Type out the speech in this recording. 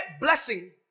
blessing